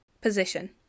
position